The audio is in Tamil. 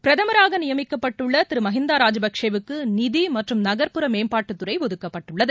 பிரதமராகநியமிக்கப்பட்டுள்ளதிருமகிந்தாராஜபக்சேவுக்குநிதிமற்றும் நகர்ப்புற மேம்பாட்டுத்துறைஒதுக்கப்பட்டுள்ளது